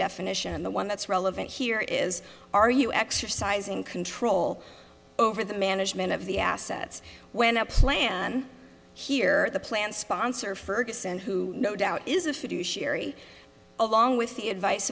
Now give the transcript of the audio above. definition the one that's relevant here is are you exercising control over the management of the assets when a plan here the plan sponsor ferguson who no doubt is a fiduciary along with the advice